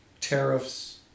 tariffs